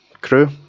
crew